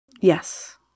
Yes